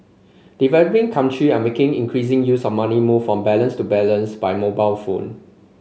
developing country are making increasing use of money moved from balance to balance by mobile phone